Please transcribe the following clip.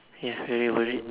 ya very worried